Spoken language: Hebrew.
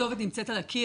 הכתובת נמצאת על הקיר,